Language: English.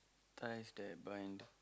ties that bind